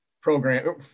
program